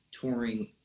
touring